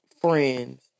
friends